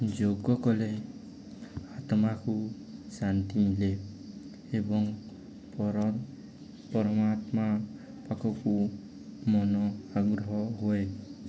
ଯୋଗ କଲେ ଆତ୍ମାକୁ ଶାନ୍ତି ମିଲେ ଏବଂ ପର ପରମାତ୍ମା ପାଖକୁ ମନ ଆଗ୍ରହ ହୁଏ